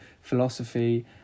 philosophy